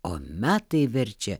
o metai verčia